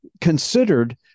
considered